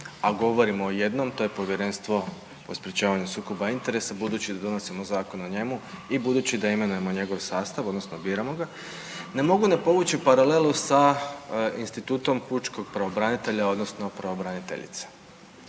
a govorimo o jednom, to je Povjerenstvo o sprječavanju sukoba interesa, budući da donosimo zakon o njemu i budući da imenujemo njegov sastav, odnosno biramo ga, ne mogu ne povući paralelu sa institutom pučkog pravobranitelja odnosno pravobraniteljice,